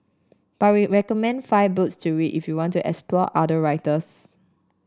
but we recommend five books to read if you want to explore other writers